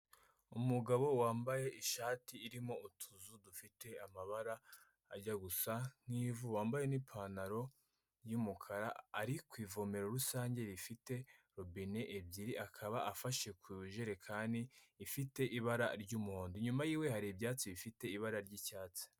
Umugabo wambaye ishati irimo utuzu dufite amabara ajya gusa nk'ivu, wambaye n'ipantaro y'umukara, ari ku ivomero rusange rifite robine ebyiri, akaba afashe ku jerekani ifite ibara ry'umuhondo, inyuma yiwe hari ibyatsi bifite ibara ry'icyatsi.